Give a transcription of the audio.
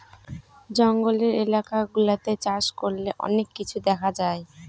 জঙ্গলের এলাকা গুলাতে চাষ করলে অনেক কিছু দেখা যায়